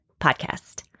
Podcast